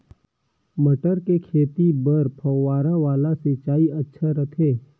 मटर के खेती बर फव्वारा वाला सिंचाई अच्छा रथे?